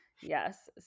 Yes